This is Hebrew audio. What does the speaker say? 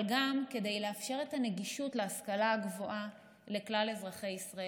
אבל גם כדי לאפשר את הנגישות של ההשכלה הגבוהה לכלל אזרחי ישראל.